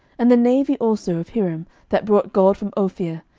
and the navy also of hiram, that brought gold from ophir,